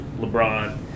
LeBron